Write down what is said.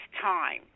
Time